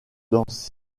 dans